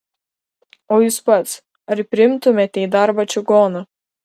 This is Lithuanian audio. o jūs pats ar priimtumėte į darbą čigoną